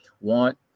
want